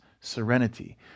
serenity